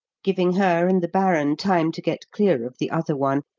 giving her and the baron time to get clear of the other one,